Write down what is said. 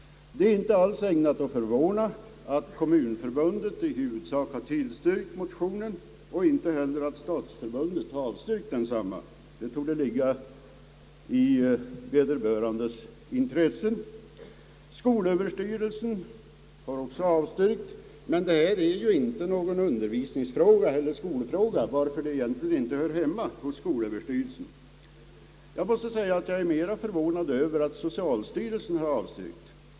Det är inte ägnat att förvåna att Kommunförbundet i huvudsak har tillstyrkt motionerna och inte heller att Stadsförbundet har avstyrkt desamma. Det torde ligga i vederbörandes intresse. Skolöverstyrelsen har också avstyrkt, men motionerna gäller ju inte någon undervisningseller skolfråga, varför ärendet egentligen inte hör hemma hos skolöverstyrelsen. Jag är mera förvånad över att socialstyrelsen har avstyrkt.